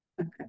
Okay